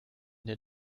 der